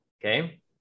okay